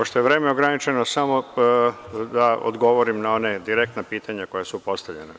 Pošto je vreme ograničeno, samo da odgovorim na ona direktna pitanja koja su postavljena.